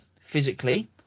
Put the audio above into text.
physically